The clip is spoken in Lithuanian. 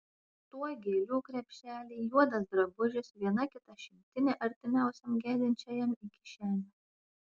tuoj gėlių krepšeliai juodas drabužis viena kita šimtinė artimiausiam gedinčiajam į kišenę